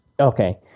Okay